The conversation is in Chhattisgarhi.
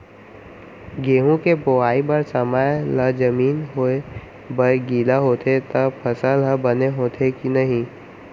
गेहूँ के बोआई बर समय ला जमीन होये बर गिला होथे त फसल ह बने होथे की नही?